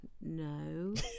no